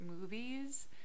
movies